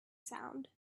sound